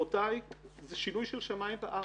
גברותיי, זה שינוי של שמים וארץ.